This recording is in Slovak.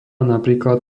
napríklad